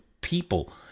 people